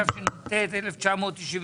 התשנ"ט-1998.